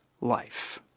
life